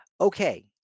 Okay